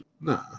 Nah